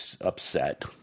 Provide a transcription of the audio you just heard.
upset